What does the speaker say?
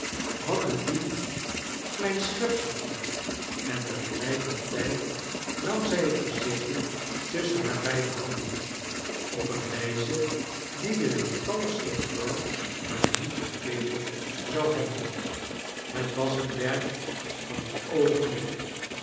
wat een lief klein schepseltje en tegelijkertijd nam zij het gezichtje tusschen haar beide handen op een wijze die de lieftalligste vrouw haar niet verbeterd zou hebben het was het werk van een oogenblik